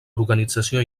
organització